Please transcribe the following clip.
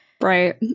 Right